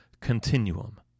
continuum